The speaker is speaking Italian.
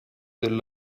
del